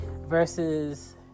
versus